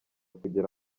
kugira